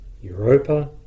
Europa